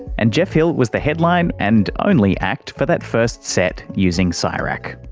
and geoff hill was the headline and only act for that first set using csirac.